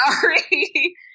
sorry